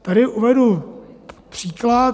Tady uvedu příklad.